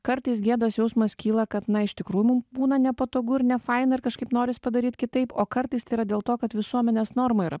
kartais gėdos jausmas kyla kad na iš tikrųjų mum būna nepatogu ir nefaina ir kažkaip noris padaryt kitaip o kartais tai yra dėl to kad visuomenės norma yra